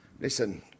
Listen